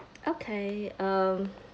okay um